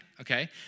okay